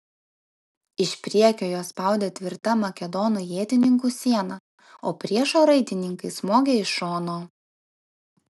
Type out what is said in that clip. iš priekio juos spaudė tvirta makedonų ietininkų siena o priešo raitininkai smogė iš šono